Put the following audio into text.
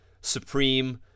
supreme